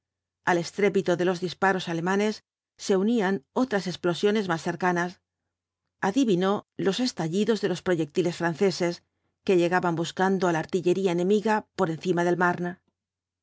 al estrépito de los disparos alemanes se unían otras explosiones más cercanas adivinó los estallidos de los proyectiles franceses que llegaban buscando á la artillería enemiga por encima del marne